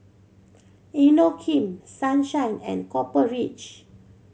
Inokim Sunshine and Copper Ridge